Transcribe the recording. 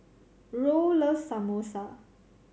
Roll loves Samosa